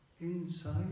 inside